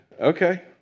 okay